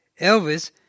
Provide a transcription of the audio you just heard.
Elvis